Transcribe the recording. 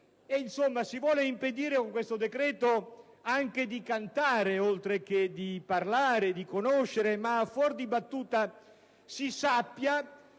Insomma, si vuole impedire con questo decreto anche di cantare, oltreché di parlare, di conoscere. Ma, fuor di battuta, si sappia,